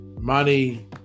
money